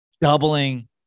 doubling